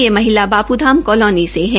ये महिला बापूधाम कालोनी से है